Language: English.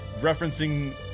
referencing